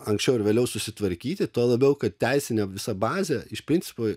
anksčiau ar vėliau susitvarkyti tuo labiau kad teisinė visa bazė iš principo